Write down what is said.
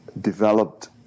developed